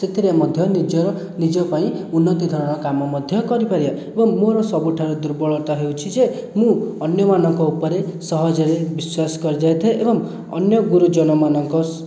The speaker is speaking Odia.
ସେଥିରେ ମଧ୍ୟ ନିଜର ନିଜ ପାଇଁ ଉନ୍ନତିଧରଣର କାମ ମଧ୍ୟ କରିପାରିବା ଏବଂ ମୋର ସବୁଠାରୁ ଦୁର୍ବଳତା ହେଉଛି ଯେ ମୁଁ ଅନ୍ୟମାନଙ୍କ ଉପରେ ସହଜରେ ବିଶ୍ଵାସ କରିଯାଇଥାଏ ଏବଂ ଅନ୍ୟ ଗୁରୁଜନମାନଙ୍କ